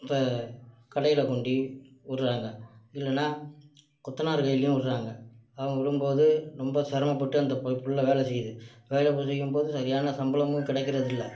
த கடையில் கொண்டி விட்றாங்க இல்லைன்னா கொத்தனார் கைலேயும் விட்றாங்க அவங்க விடும்போது ரொம்ப சிரமப்பட்டு அந்த ப பிள்ள வேலை செய்யுது வேலை பு செய்யும்போது சரியான சம்பளமும் கிடைக்கிறது இல்லை